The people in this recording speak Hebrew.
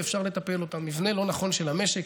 ואפשר לטפל: מבנה לא נכון של המשק,